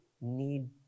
need